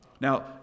Now